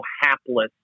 hapless